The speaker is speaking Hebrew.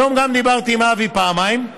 היום גם דיברתי פעמיים עם אבי.